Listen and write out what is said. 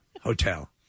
Hotel